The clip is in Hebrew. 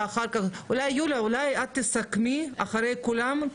יוליה, אולי את תסכמי אחרי כולם?